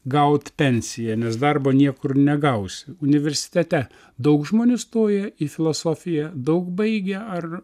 gaut pensiją nes darbo niekur negausi universitete daug žmonių stoja į filosofiją daug baigę ar